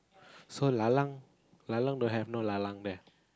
so lalang don't have no lalang there